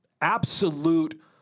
absolute